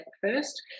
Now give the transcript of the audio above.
first